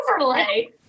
overlay